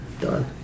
done